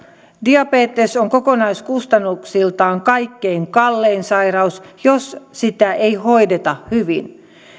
diabetes on kokonaiskustannuksiltaan kaikkein kallein sairaus jos sitä ei hoideta hyvin